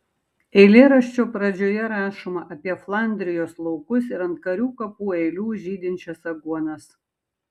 eilėraščio pradžioje rašoma apie flandrijos laukus ir ant karių kapų eilių žydinčias aguonas